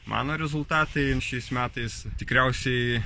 mano rezultatai šiais metais tikriausiai